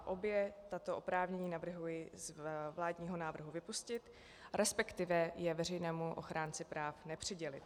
Obě tato oprávnění navrhuji z vládního návrhu vypustit, resp. je veřejnému ochránci práv nepřidělit.